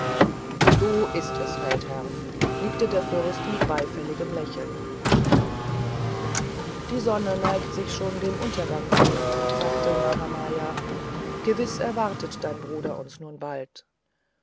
so ist es feldherr nickte der fürst mit beifälligem lächeln die sonne neigt sich schon dem untergange zu sagte mahamaya gewiß erwartet dein bruder uns nun bald